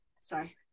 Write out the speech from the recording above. Sorry